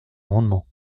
amendement